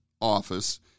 office